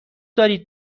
دارید